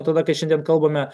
tada kai šiandien kalbame